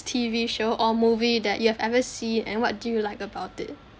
T_V show or movie that you have ever seen and what do you like about it